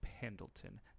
Pendleton